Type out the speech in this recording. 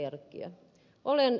olen ed